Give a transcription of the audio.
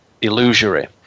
illusory